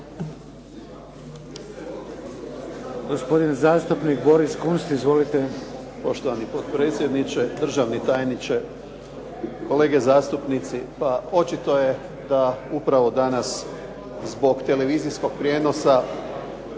Gospodin zastupnik Boris Kunst. Izvolite. **Kunst, Boris (HDZ)** Poštovani potpredsjedniče, državni tajniče, kolege zastupnici. Pa očito je da upravo danas zbog televizijskog prijenosa